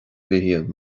mhichíl